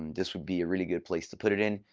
um this would be a really good place to put it in.